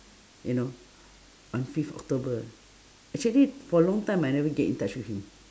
you know on fifth october actually for long time I never get in touch with him